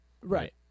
right